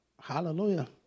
Hallelujah